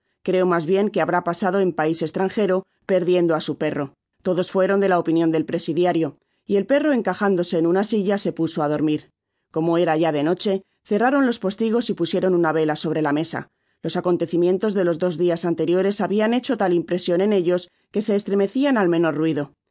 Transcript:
creo mas bien que habrá pasado en pais estrangero perdiendo á su perro todos fueron de la opinion del presidario y el perro encajándose en una silla se puso á dormir como era ya de noche cerraron los postigos y pusieron una vela sobre la mesa los acontecimientos de los dos dias anteriores hahian hecho tal impresion en ellos que se estremecian al menor ruido se